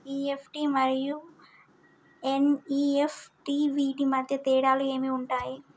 EFT మరియు NEFT వీటి మధ్య తేడాలు ఏమి ఉంటాయి?